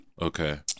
Okay